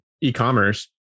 e-commerce